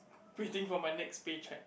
waiting for my next paycheck